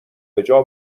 بجا